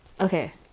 Okay